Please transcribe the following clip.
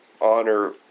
honor